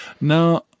Now